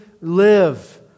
live